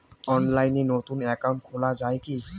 অনলাইনে নতুন একাউন্ট খোলা য়ায় কি?